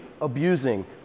abusing